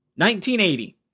1980